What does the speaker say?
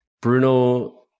Bruno